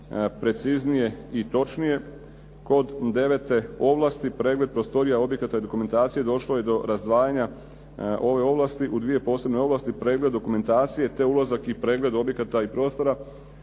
preciznije i točnije. Kod devete ovlasti pregled prostorija, objekata i dokumentacije došlo je do razdvajanja ove ovlasti u dvije posebne ovlasti, pregled dokumentacije, te ulazak i pregled objekata i prostora.